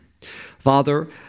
Father